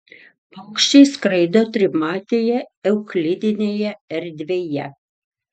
paukščiai skraido trimatėje euklidinėje erdvėje